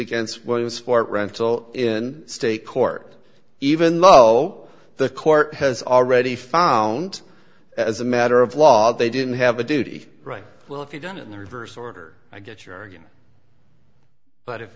against williamsport rental in state court even though the court has already found as a matter of law they didn't have a duty right well if you don't in the reverse order i get your argument but if